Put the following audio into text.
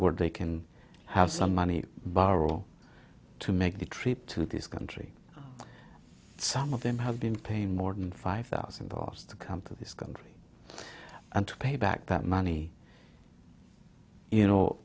where they can have some money borrow to make the trip to this country some of them have been paying more than five thousand dollars to come to this country and to pay back that money you know